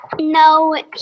No